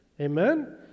Amen